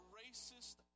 racist